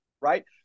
Right